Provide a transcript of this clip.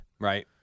Right